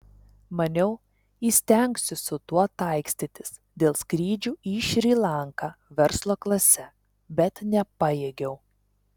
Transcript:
maniau įstengsiu su tuo taikstytis dėl skrydžių į šri lanką verslo klase bet nepajėgiau